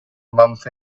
month